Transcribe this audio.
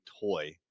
toy